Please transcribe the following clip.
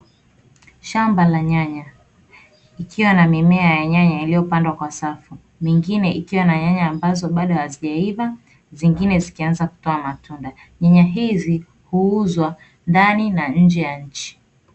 Shamba la nyanya, ikiwa na nyanya zilizopandwa kwa safu, mingine ikiwa na nyanya ambazo bado hazijaiva, zingine zikianza kutoa matunda. Nyanya hizi huuzwa ndani na nje ya nchi.